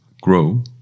grow